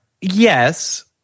yes